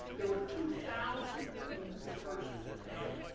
there were two thousand in the first yeah